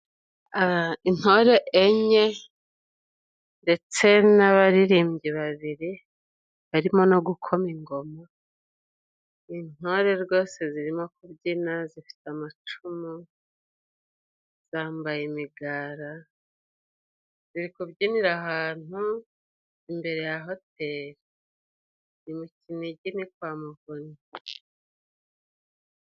Intore enye ndetse n'abaririmbyi babiri barimo no gukoma ingoma intore rwose zirimo kubyina zifite amacumu zambaye imigara ziri kubyinira ahantu imbere ya hoteri ni mu kinigi ni kwa muvunyi.